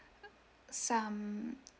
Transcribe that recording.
uh some